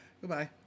Goodbye